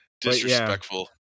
Disrespectful